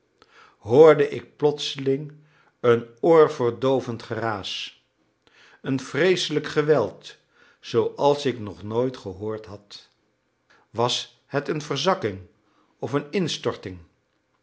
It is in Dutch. hoorde ik plotseling een oorverdoovend geraas een vreeselijk geweld zooals ik nog nooit gehoord had was het een verzakking of een instorting